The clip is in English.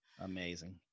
Amazing